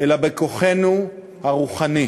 אלא כוחנו הרוחני.